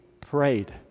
prayed